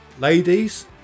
ladies